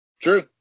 True